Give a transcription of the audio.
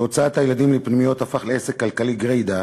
שהוצאת הילדים לפנימיות הפכה לעסק כלכלי גרידא,